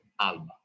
Alba